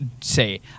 say